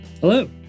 Hello